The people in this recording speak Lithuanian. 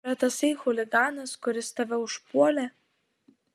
bet tasai chuliganas kuris tave užpuolė